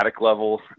level